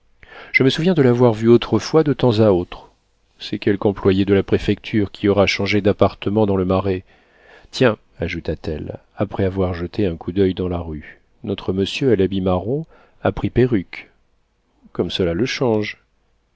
je me souviens de l'avoir vu autrefois de temps à autre c'est quelque employé de la préfecture qui aura changé d'appartement dans le marais tiens ajouta-t-elle après avoir jeté un coup d'oeil dans la rue notre monsieur à l'habit marron a pris perruque comme cela le change